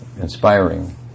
inspiring